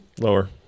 lower